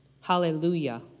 Hallelujah